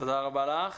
תודה רבה לך.